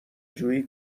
جویی